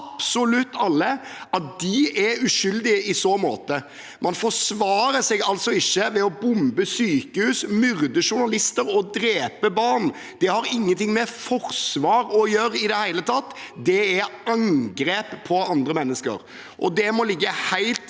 absolutt alle at de er uskyldige i så måte. Man forsvarer seg ikke ved å bombe sykehus, myrde journalister og drepe barn. Det har ingenting med forsvar å gjøre i det hele tatt; det er angrep på andre mennesker. Det må ligge til